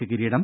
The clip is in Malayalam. ക്ക് കിരീടം